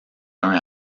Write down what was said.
uns